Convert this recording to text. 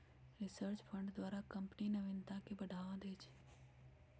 research fund द्वारा company नविनता के बढ़ावा दे हइ